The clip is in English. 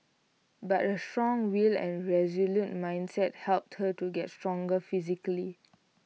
but A strong will and resolute mindset helped her to get stronger physically